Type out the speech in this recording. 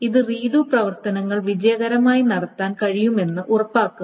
ഇത് റീഡു പ്രവർത്തനങ്ങൾ വിജയകരമായി നടത്താൻ കഴിയുമെന്ന് ഉറപ്പാക്കുന്നു